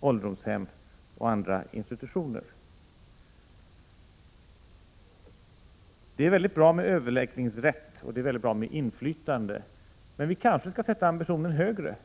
ålderdomshem och andra institutioner. Det är mycket bra med överläggningsrätt och med inflytande, men vi kanske skall sätta ambitionen högre.